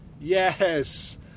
Yes